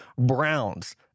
Browns